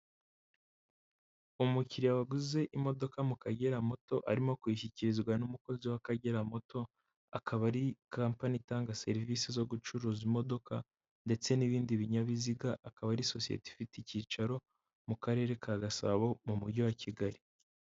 Umukiriya waguze imodoka mu Kagera muto, arimo kuyishyikirizwa n'umukozi w'Akagera muto. Akaba ari kampani itanga serivisi zo gucuruza imodoka ndetse n'ibindi binyabiziga, akaba ari sosiyete ifite icyicaro mu karere ka Gasabo mu mujyi wa Kigali.